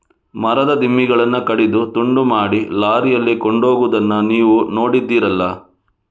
ಮರದ ದಿಮ್ಮಿಗಳನ್ನ ಕಡಿದು ತುಂಡು ಮಾಡಿ ಲಾರಿಯಲ್ಲಿ ಕೊಂಡೋಗುದನ್ನ ನೀವು ನೋಡಿದ್ದೀರಲ್ಲ